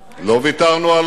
לא ויתרנו עליו,